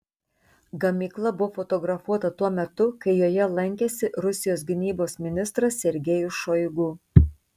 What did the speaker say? gamykla buvo fotografuota tuo metu kai joje lankėsi rusijos gynybos ministras sergejus šoigu